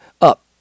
Up